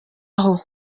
aho